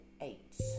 eight